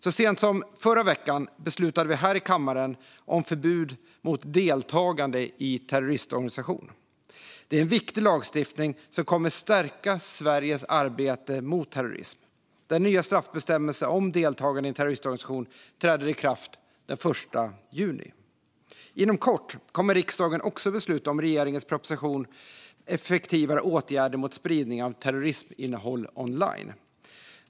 Så sent som förra veckan beslutade vi här i kammaren om förbud mot deltagande i terroristorganisation. Det är en viktig lagstiftning som kommer att stärka Sveriges arbete mot terrorism. Den nya straffbestämmelsen om deltagande i terroristorganisation träder i kraft den 1 juni. Inom kort kommer riksdagen också att besluta om regeringens proposition Effektivare åtgärder mot spridning av terrorisminnehåll online .